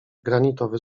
granitowy